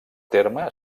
terme